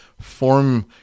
form